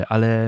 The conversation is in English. Ale